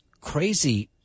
crazy